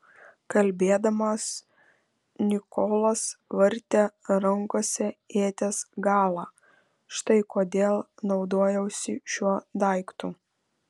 kalbėdamas nikolas vartė rankose ieties galą štai kodėl naudojausi šiuo daiktu